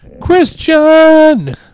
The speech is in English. Christian